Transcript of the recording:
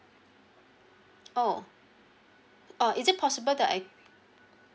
oh uh is it possible that I